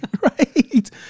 right